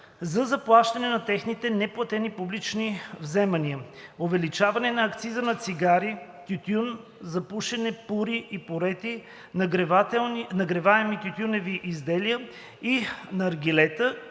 за заплащане на техните неплатени публични вземания; - увеличаване на акциза на цигари, тютюн за пушене, пури и пурети, нагреваеми тютюневи изделия и наргилета,